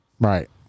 Right